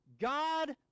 God